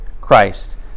Christ